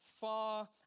far